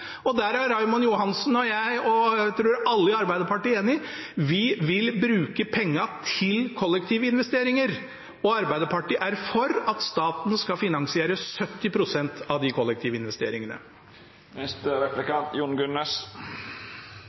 og der er Raymond Johansen og jeg, og jeg tror alle i Arbeiderpartiet, enige: Vi vil bruke pengene til kollektive investeringer, og Arbeiderpartiet er for at staten skal finansiere 70 pst. av de